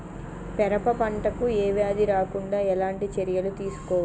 పెరప పంట కు ఏ వ్యాధి రాకుండా ఎలాంటి చర్యలు తీసుకోవాలి?